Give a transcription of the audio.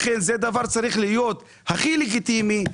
לכן זה דבר שצריך להיות הכי לגיטימי,